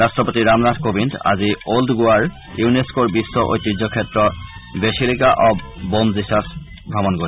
ৰাট্টপতি ৰামনাথ কোবিন্দ আজি অল্ড গোৱাৰ ইউনেস্কৰ বিশ্ব ঐতিহ্যক্ষেত্ৰ বেচিলিকা অৱ বম জিজাছ ভ্ৰমণ কৰিব